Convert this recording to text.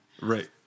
right